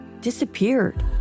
disappeared